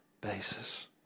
Basis